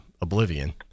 oblivion